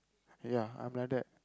ya I'm like that